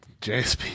JSP